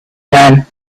when